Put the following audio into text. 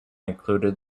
included